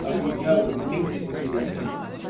ah we go and we meet with admitted students.